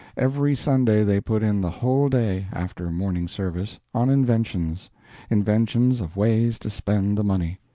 every sunday they put in the whole day, after morning service, on inventions inventions of ways to spend the money.